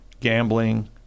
gambling